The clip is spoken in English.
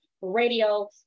radio